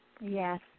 Yes